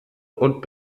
und